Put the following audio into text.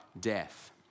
death